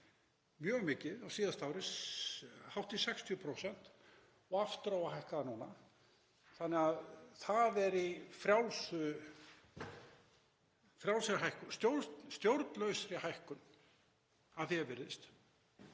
mjög mikið á síðasta ári, hátt í 60%, og aftur á að hækka það núna, þannig að það er í stjórnlausri hækkun að því er virðist.